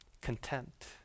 contempt